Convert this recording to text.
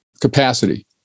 capacity